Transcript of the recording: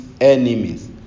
enemies